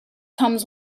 comes